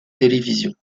télévision